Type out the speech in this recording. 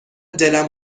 دلم